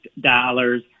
dollars